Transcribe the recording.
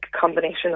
combination